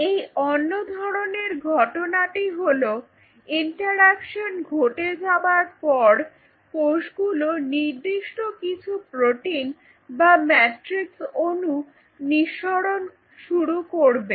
এই অন্য ধরনের ঘটনাটি হল ইন্টারঅ্যাকশন ঘটে যাবার পর কোষগুলো নির্দিষ্ট কিছু প্রোটিন বা ম্যাট্রিক্স অনু নিঃসরণ শুরু করবে